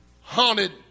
haunted